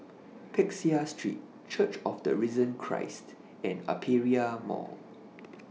Peck Seah Street Church of The Risen Christ and Aperia Mall